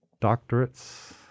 doctorates